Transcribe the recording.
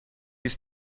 است